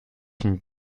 une